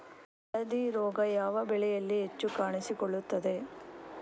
ಹಳದಿ ರೋಗ ಯಾವ ಬೆಳೆಯಲ್ಲಿ ಹೆಚ್ಚು ಕಾಣಿಸಿಕೊಳ್ಳುತ್ತದೆ?